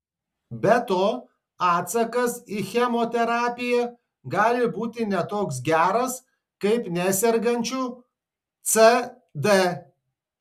be to atsakas į chemoterapiją gali būti ne toks geras kaip nesergančių cd